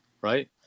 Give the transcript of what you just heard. right